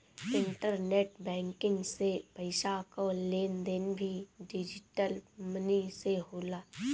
internet banking से पईसा कअ लेन देन भी डिजटल मनी से होला